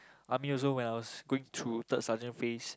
army also when I was going through third sergeant phase